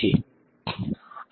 વિદ્યાર્થી પ્રશ્ન રીજયન ૧ માટે છે